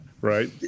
Right